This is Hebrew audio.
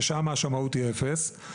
ששם השמאות היא אפס,